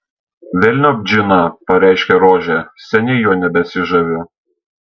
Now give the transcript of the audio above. velniop džiną pareiškė rožė seniai juo nebesižaviu